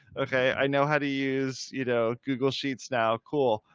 okay, i know how to use, you know, google sheets now. cool.